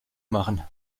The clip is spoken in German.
machen